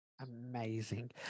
Amazing